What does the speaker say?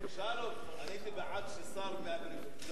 אני עונה בשם שר הביטחון על נושא